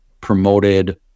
promoted